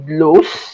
lose